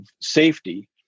safety